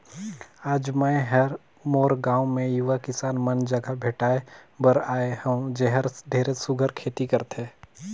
आज मैं हर मोर गांव मे यूवा किसान मन जघा भेंटाय बर आये हंव जेहर ढेरेच सुग्घर खेती करथे